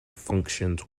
functions